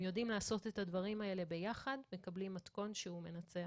אם יודעים לעשות את הדברים האלה ביחד מקבלים מתכון שהוא מנצח.